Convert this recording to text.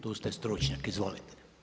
Tu ste stručnjak, izvolite.